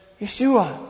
Yeshua